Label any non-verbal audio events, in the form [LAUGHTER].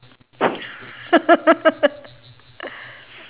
[LAUGHS]